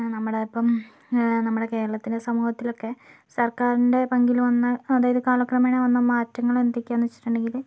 നമ്മുടെ ഇപ്പം നമ്മുടെ കേരളത്തിലെ സമൂഹത്തിലൊക്കെ സർക്കാരിൻ്റെ പങ്കിൽ വന്ന അതായത് കാലക്രമേണ വന്ന മാറ്റങ്ങൾ എന്തൊക്കെയാണെന്ന് വച്ചിട്ടുണ്ടെങ്കിൽ